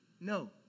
No